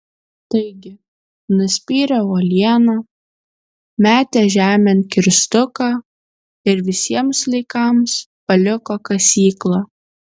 taigi nuspyrė uolieną metė žemėn kirstuką ir visiems laikams paliko kasyklą